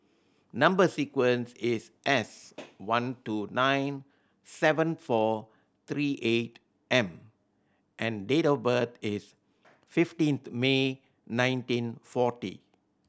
number sequence is S one two nine seven four three eight M and date of birth is fifteen May nineteen forty